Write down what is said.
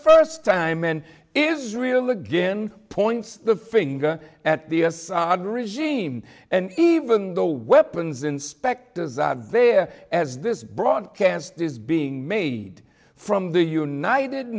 first time and israel again points the finger at the regime and even though weapons inspectors out of there as this broadcast is being made from the united